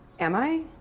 am i?